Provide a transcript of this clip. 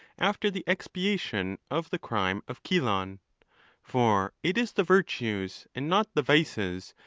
after the expiation of the crime of cylon. for it is the virtues, and not the vices,